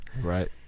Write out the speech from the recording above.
Right